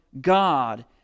God